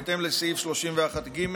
בהתאם לסעיף 31(ג)